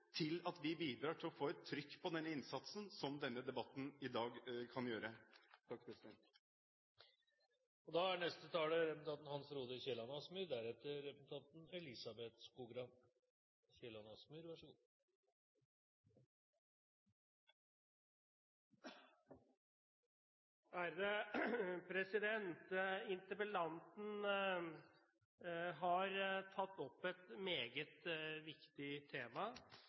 til å gjøre en bedre jobb, og at vi bidrar til å få et trykk på denne innsatsen, som denne debatten i dag kan gjøre. Interpellanten har tatt opp et meget viktig tema.